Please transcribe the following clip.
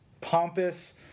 pompous